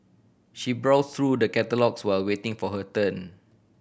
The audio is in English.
she browse through the catalogues while waiting for her turn